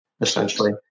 Essentially